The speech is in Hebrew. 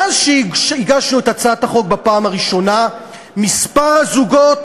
מאז הגשנו את הצעת החוק בפעם הראשונה מספר הזוגות